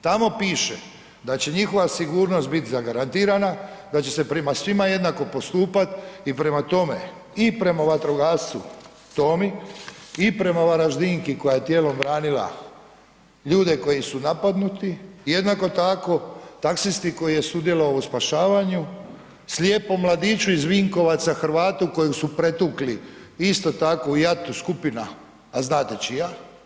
Tamo piše da će njihova sigurnost biti zagarantirana, da će se prema svima jednako postupat i prema tome i prema vatrogascu Tomi i prema Varaždinki koja je tijelom branila ljude koji su napadnuti, jednako taksisti koji je sudjelovao u spašavanju, slijepom mladiću iz Vinkovaca Hrvatu kojeg su pretukli isto tako u jatu skupina, a znate čija.